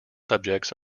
subjects